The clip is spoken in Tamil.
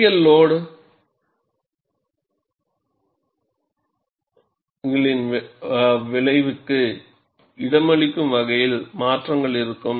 அதிக லோடுகளின் விளைவுக்கு இடமளிக்கும் வகையில் மாற்றங்கள் இருக்கும்